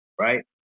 right